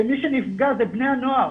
ומי שנפגע זה בני הנוער